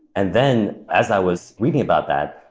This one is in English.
and then, as i was reading about that,